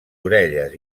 orelles